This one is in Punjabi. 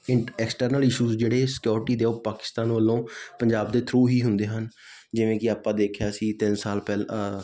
ਇੰਨ ਐਕਸਟਰਨਲ ਇਸ਼ੂਜ਼ ਜਿਹੜੇ ਸਕਿਉਰਟੀ ਦੇ ਉਹ ਪਾਕਿਸਤਾਨ ਵੱਲੋਂ ਪੰਜਾਬ ਦੇ ਥਰੂ ਹੀ ਹੁੰਦੇ ਹਨ ਜਿਵੇਂ ਕਿ ਆਪਾਂ ਦੇਖਿਆ ਸੀ ਤਿੰਨ ਸਾਲ ਪਹਿਲਾਂ